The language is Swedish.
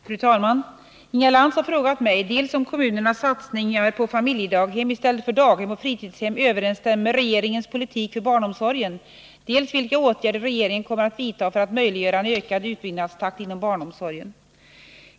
Fru talman! Inga Lantz har frågat mig dels om kommunernas satsningar på familjedaghem i stället för daghem och fritidshem överensstämmer med regeringens politik för barnomsorgen, dels vilka åtgärder regeringen kommer att vidta för att möjliggöra en ökad utbyggnadstakt inom barnomsorgen.